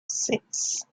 six